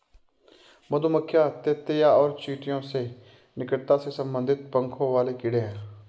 मधुमक्खियां ततैया और चींटियों से निकटता से संबंधित पंखों वाले कीड़े हैं